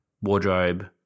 wardrobe